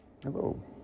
Hello